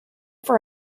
for